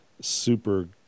super